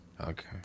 Okay